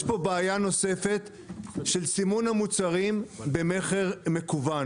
יש פה בעיה נוספת של סימון המוצרים במכר מקוון